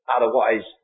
Otherwise